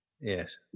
Yes